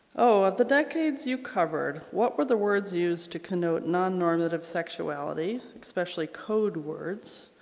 oh the decades you covered what were the words used to connote non normative sexuality especially code words.